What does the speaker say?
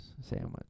sandwich